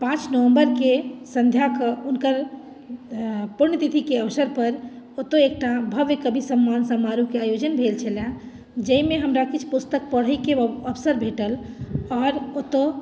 पाँच नवम्बरके सन्ध्याकेँ हुनकर पुण्यतिथिके अवसरपर ओतय एकटा भव्य कवि सम्मान समारोहके आयोजन भेल छलए जाहिमे हमरा किछु पुस्तक पढ़ैके अवसर भेटल आओर ओतय